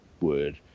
word